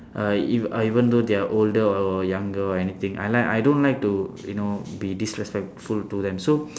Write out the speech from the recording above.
uh even uh even though they are older or younger or anything I like I don't like to you know be disrespectful to them so